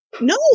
No